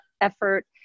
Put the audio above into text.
effort